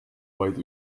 vaid